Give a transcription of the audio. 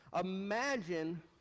Imagine